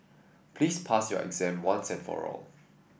please pass your exam once and for all